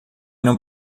não